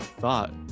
thought